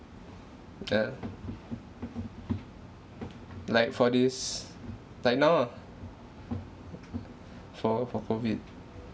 yeah like for this like now ah for for COVID